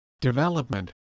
development